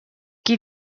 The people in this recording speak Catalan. qui